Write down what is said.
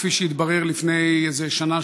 כפי שהתברר לפני איזה שנה,